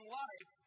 life